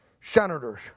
senators